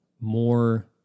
more